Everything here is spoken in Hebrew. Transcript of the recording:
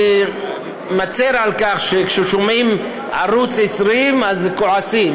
אני מצר על כך שכשומעים על ערוץ 20 אז כועסים,